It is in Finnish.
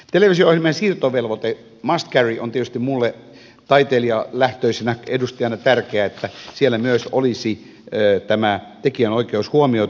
televisio ohjelmien siirtovelvoite must carry on tietysti minulle taiteilijalähtöisenä edustajana tärkeä että siellä myös olisi tämä tekijänoikeus huomioitu